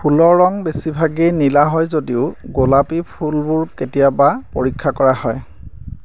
ফুলৰ ৰং বেছিভাগেই নীলা হয় যদিও গোলাপী ফুলবোৰ কেতিয়াবা পৰীক্ষা কৰা হয়